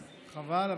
חבל.